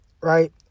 right